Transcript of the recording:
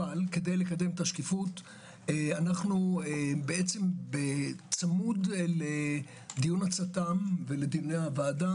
אבל כדי לקדם את השקיפות בעצם בצמוד לדיון הצט"ם ולדיוני הוועדה,